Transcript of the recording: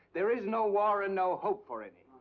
there is no war and no hope for any.